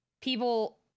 people